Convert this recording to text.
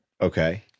Okay